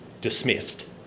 dismissed